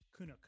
Kunuk